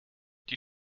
die